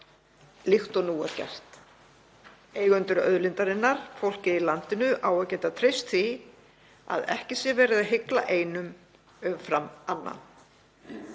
líkt og nú er gert. Eigendur auðlindarinnar, fólkið í landinu, eiga að geta treyst því að ekki sé verið að hygla einum umfram annan.